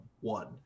one